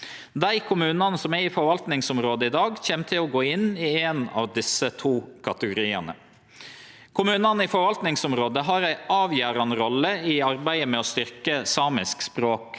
Dei kommunane som er i forvaltingsområdet i dag, kjem til å gå inn i ein av desse to kategoriane. Kommunane i forvaltingsområdet har ei avgjerande rolle i arbeidet med å styrkje samisk språk